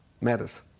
matters